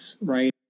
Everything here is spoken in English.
right